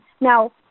now